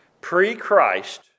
pre-Christ